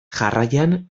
jarraian